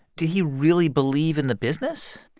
did he really believe in the business?